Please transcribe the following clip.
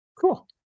Cool